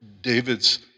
David's